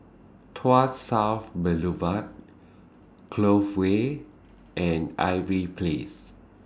Tuas South Boulevard Clove Way and Irving Place